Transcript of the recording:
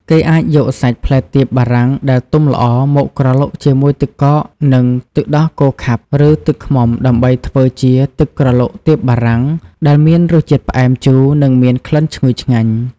គេអាចយកសាច់ផ្លែទៀបបារាំងដែលទុំល្អមកក្រឡុកជាមួយទឹកកក ទឹកដោះគោខាប់ ឬទឹកឃ្មុំដើម្បីធ្វើជា ទឹកក្រឡុកទៀបបារាំង ដែលមានរសជាតិផ្អែម ជូរ និងមានក្លិនឈ្ងុយឆ្ងាញ់។